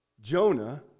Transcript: Jonah